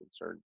concerned